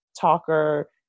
talker